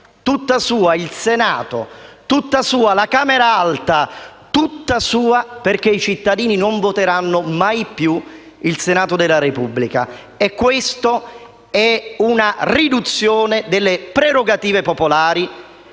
tutta sua, il Senato; tutta sua, la Camera alta; tutta sua, perché i cittadini non voteranno mai più il Senato della Repubblica. Questa è una riduzione delle prerogative popolari